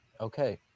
Okay